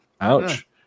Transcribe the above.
ouch